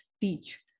teach